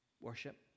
worship